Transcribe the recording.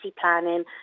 planning